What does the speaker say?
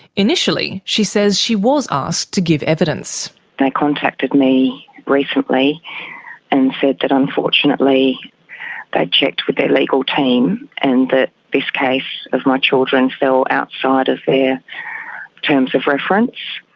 initially, she says, she was asked to give evidence. they contacted me recently and said that unfortunately they'd checked with their legal team and that this case of my children fell outside of their terms of reference.